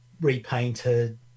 repainted